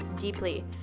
deeply